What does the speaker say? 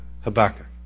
Habakkuk